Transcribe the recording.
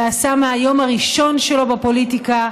ועשה מהיום הראשון שלו בפוליטיקה,